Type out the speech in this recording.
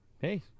Hey